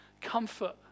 comfort